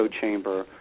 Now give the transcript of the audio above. chamber